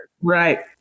Right